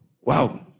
Wow